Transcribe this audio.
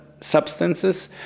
substances